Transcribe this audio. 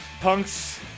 punks